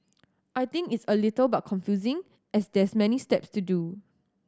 I think it's a little but confusing as there's many step to do